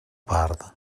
part